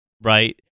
right